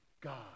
God